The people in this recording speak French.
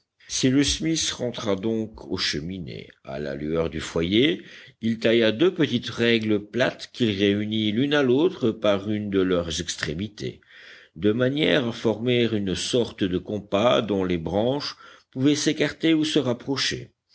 cyrus smith rentra donc aux cheminées à la lueur du foyer il tailla deux petites règles plates qu'il réunit l'une à l'autre par une de leurs extrémités de manière à former une sorte de compas dont les branches pouvaient s'écarter ou se rapprocher